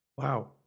wow